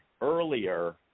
earlier